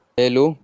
hello